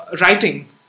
writing